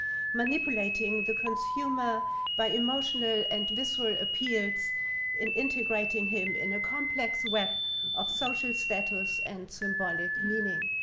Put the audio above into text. manipulating the consumer by emotional and visceral appearance in integrating him in a complex web of social status and symbolic meaning.